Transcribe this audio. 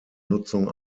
nutzung